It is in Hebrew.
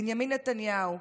בנימין נתניהו,